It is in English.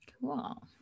Cool